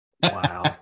Wow